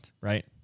right